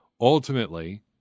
ultimately